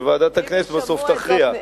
וועדת הכנסת תכריע.